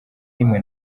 rimwe